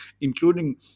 including